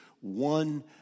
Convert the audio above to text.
one